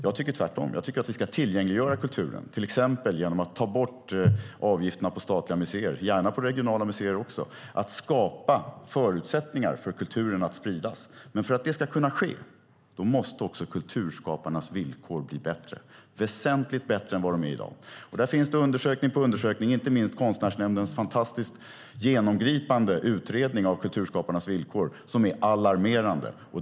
Jag tycker tvärtom. Jag tycker att vi ska tillgängliggöra kulturen, till exempel genom att ta bort avgifterna på statliga museer, gärna på regionala museer också för att skapa förutsättningar för kulturen att spridas. Men för att det ska kunna ske måste också kulturskaparnas villkor bli bättre, väsentligt bättre än vad de är i dag. Det finns undersökning på undersökning, inte minst Konstnärsnämndens fantastiskt genomgripande utredning av kulturskaparnas villkor, som är alarmerande.